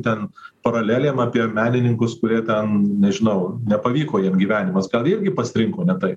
ten paralelėm apie menininkus kurie ten nežinau nepavyko jiem gyvenimas gal jie irgi pasirinko ne tai